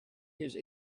his